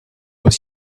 was